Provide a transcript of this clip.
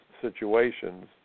situations